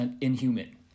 inhuman